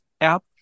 app